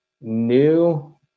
new